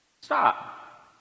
Stop